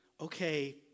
okay